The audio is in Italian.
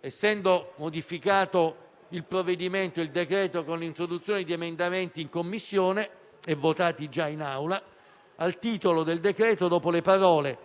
essendo modificato il provvedimento con l'introduzione di emendamenti in Commissione e votati già in Aula, al titolo del decreto-legge, dopo le parole: